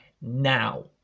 now